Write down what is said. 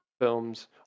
films